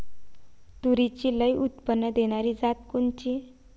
तूरीची लई उत्पन्न देणारी जात कोनची?